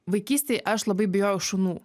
vaikystėj aš labai bijojau šunų